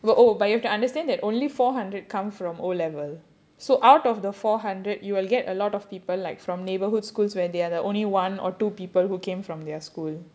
oh but you have to understand that only four hundred come from O level so out of the four hundred you will get a lot of people like from neighbourhood schools where they are the only one or two people who came from their school